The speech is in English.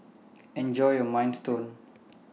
Enjoy your Minestrone